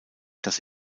dass